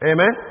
Amen